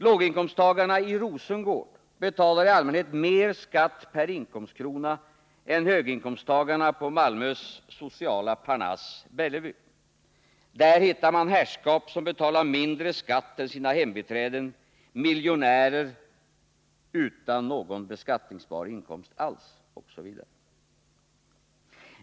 Låginkomsttagarna i Rosengård betalar i allmänhet mer skatt per inkomstkrona än höginkomsttagarna på Malmös sociala parnass Bellevue, där man hittar herrskap som betalar mindre skatt än sina hembiträden och miljonärer utan någon beskattningsbar inkomst alls.